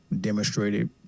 demonstrated